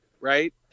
Right